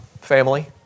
family